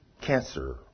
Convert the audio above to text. cancer